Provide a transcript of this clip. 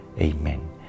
Amen